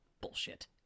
bullshit